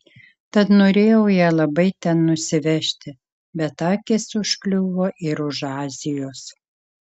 tad norėjau ją labai ten nusivežti bet akys užkliuvo ir už azijos